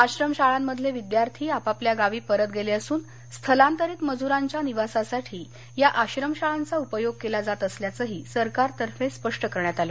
आश्रमशाळांमधले विद्यार्थी आपापल्या गावी परत गेले असुन स्थलांतरित मजूरांच्या निवासासाठी या आश्रमशाळांचा उपयोग केला जात असल्याचंही सरकारतर्फे स्पष्ट करण्यात आलं